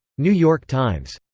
new york times.